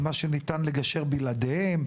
על מה שניתן לגשר בלעדיהם,